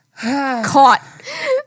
Caught